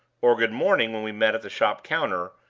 or good-morning when we met at the shop counter,